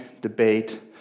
debate